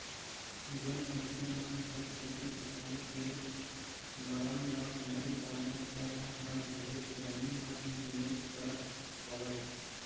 जेन मनखे मन ह खेती किसानी के मरम ल नइ जानय ओमन ह घलोक जमीन म ही निवेश करत हवय